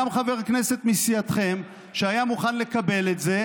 גם חבר הכנסת מסיעתכם היה מוכן לקבל את זה,